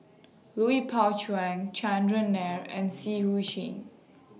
Lui Pao Chuen Chandran Nair and Seah EU Chin